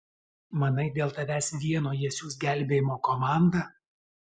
manai dėl tavęs vieno jie siųs gelbėjimo komandą